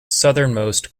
southernmost